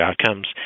outcomes